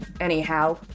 Anyhow